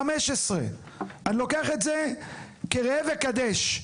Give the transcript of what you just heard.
0.15. אני לוקח את זה כראה וקדש.